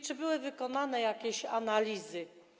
Czy były wykonane jakieś analizy?